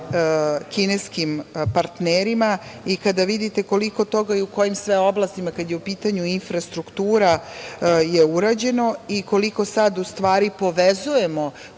kineskim partnerima i kada vidite koliko toga je i u kojim sve oblastima, kada je u pitanju infrastruktura, urađeno i koliko sad u stvari povezujemo